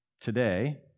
today